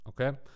Okay